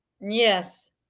Yes